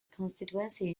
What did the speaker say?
constituency